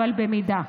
אבל במידה.